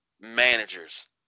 managers